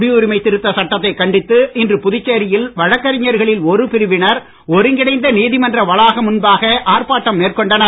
குடியுரிமை திருத்தச் சட்டத்தைக் கண்டித்து இன்று புதுச்சேரியில் வழக்கறிஞர்களில் ஒரு பிரிவினர் ஒருங்கிணைந்த நீதிமன்ற வளாகம் முன்பாக ஆர்ப்பாட்டம் மேற்கொண்டனர்